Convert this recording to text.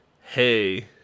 hey